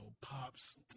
pops